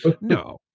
No